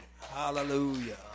Hallelujah